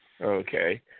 Okay